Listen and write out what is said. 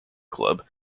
club